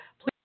Please